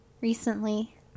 recently